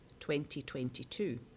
2022